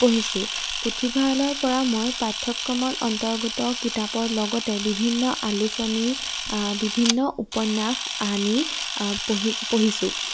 পঢ়িছোঁ পুথিভঁৰালৰপৰা মই পাঠ্যক্ৰমত অন্তৰ্গত কিতাপৰ লগতে বিভিন্ন আলোচনী বিভিন্ন উপন্যাস আনি পঢ়ি পঢ়িছোঁ